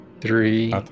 three